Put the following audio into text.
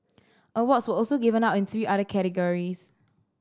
awards were also given out in three other categories